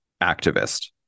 activist